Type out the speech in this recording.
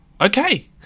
okay